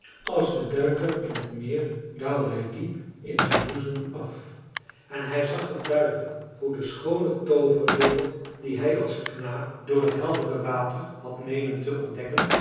als de duiker in het meer daalde hij diep in zijn boezem af en hij zag t duidelijk hoe de schoone tooverwereld die hij als knaap door het heldere water had meenen te ontdekken